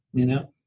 you know.